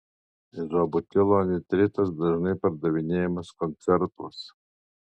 izobutilo nitritas dažnai pardavinėjamas koncertuose